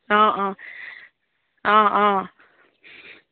অঁ অঁ অঁ অঁ